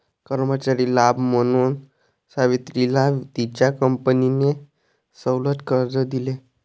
कर्मचारी लाभ म्हणून सावित्रीला तिच्या कंपनीने सवलत कर्ज दिले